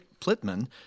Plitman